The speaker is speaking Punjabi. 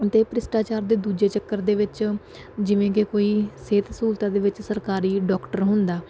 ਅਤੇ ਭ੍ਰਿਸ਼ਟਾਚਾਰ ਦੇ ਦੂਜੇ ਚੱਕਰ ਦੇ ਵਿੱਚ ਜਿਵੇਂ ਕਿ ਕੋਈ ਸਿਹਤ ਸਹੂਲਤਾਂ ਦੇ ਵਿੱਚ ਸਰਕਾਰੀ ਡੋਕਟਰ ਹੁੰਦਾ